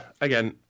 again